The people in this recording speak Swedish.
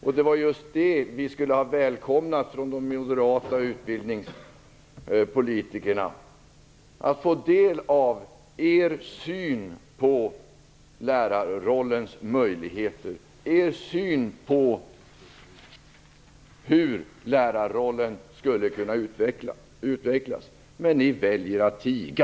Vi moderata utbildningspolitiker hade välkomnat just att få del av er syn på lärarrollens möjligheter, er syn på hur lärarrollen skulle kunna utvecklas. Men ni väljer att tiga.